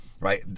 right